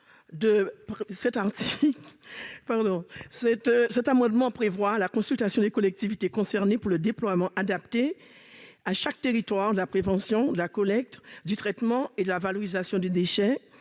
Cet amendement tend à prévoir la consultation des collectivités concernées pour le déploiement adapté à chaque territoire de la prévention, de la collecte, du traitement et de la valorisation des déchets